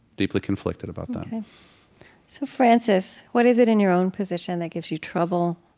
deeply conflicted about that so frances, what is it in your own position that gives you trouble?